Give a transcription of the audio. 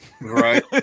Right